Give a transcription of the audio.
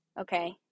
Okay